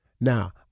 Now